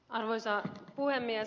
arvoisa puhemies